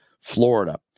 Florida